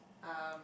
um